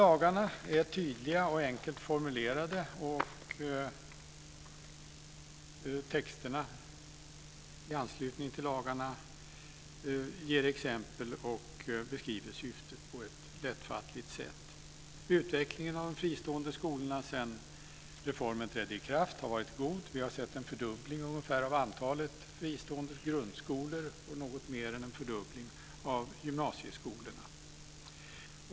Lagarna är tydliga och enkelt formulerade. Texterna i anslutning till lagarna ger exempel och beskriver syftet på ett lättfattligt sätt. Utvecklingen av de fristående skolorna sedan reformen trädde i kraft har varit god. Vi har sett ungefär en fördubbling av antalet fristående grundskolor och något mer än en fördubbling av gymnasieskolorna.